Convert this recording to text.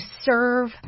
serve